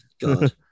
God